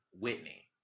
Whitney